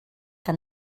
que